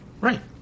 Right